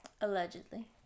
Allegedly